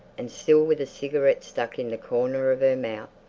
and still with a cigarette stuck in the corner of her mouth.